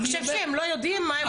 אתה חושב שהם לא יודעים מה הם עושים?